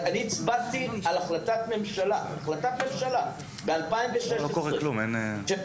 אני הצבעתי על החלטת ממשלה ב-2016 שמדברת